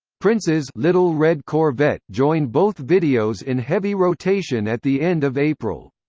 prince's little red corvette joined both videos in heavy rotation at the end of april.